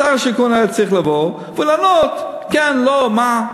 שר השיכון היה צריך לבוא ולענות: כן, לא, מה.